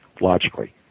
logically